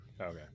Okay